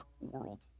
world